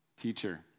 teacher